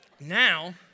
Now